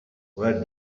where